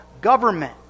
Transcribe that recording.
government